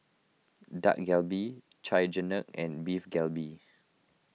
Dak Galbi Chigenabe and Beef Galbi